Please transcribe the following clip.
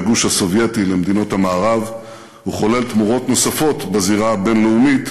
הגוש הסובייטי למדינות המערב וחולל בזירה הבין-לאומית